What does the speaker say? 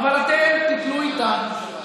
אבל אתם תיפלו איתה,